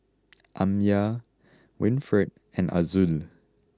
Amya Winfred and Azul